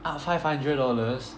ah five hundred dollars